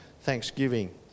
thanksgiving